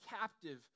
captive